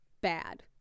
bad